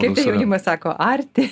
kaip ten jaunimas sako arti